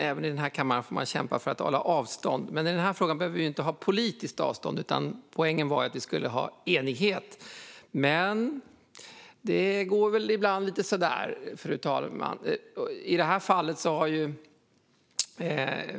Fru talman! I den är frågan skulle vi inte behöva ha politiskt avstånd utan politisk enighet. Men det går så där.